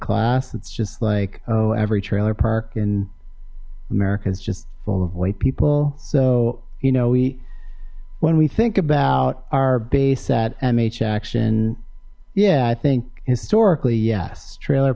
class it's just like oh every trailer park in america is just full of white people so you know we when we think about our base at mhm action yeah i think historically yes trailer